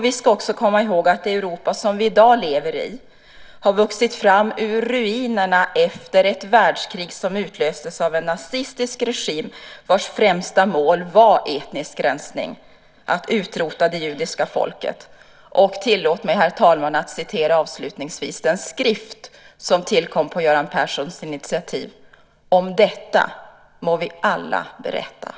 Vi ska också komma ihåg att det Europa vi i dag lever i har vuxit fram ur ruinerna efter ett världskrig som utlöstes av en nazistisk regim vars främsta mål var etnisk rensning, att utrota det judiska folket. Tillåt mig, herr talman, att avslutningsvis citera den skrift som tillkom på Göran Perssons initiativ . om detta må ni berätta .